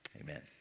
Amen